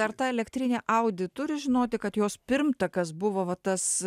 ar ta elektrinė audi turi žinoti kad jos pirmtakas buvo va tas